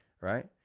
right